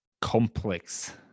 complex